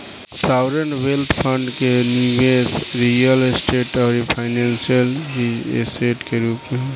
sovereign wealth fund के निबेस real estate आउरी फाइनेंशियल ऐसेट के रूप में होला